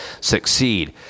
succeed